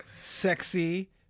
sexy